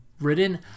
written